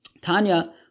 Tanya